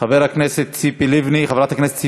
חברת הכנסת ציפי לבני,